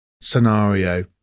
scenario